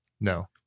No